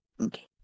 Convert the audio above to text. Okay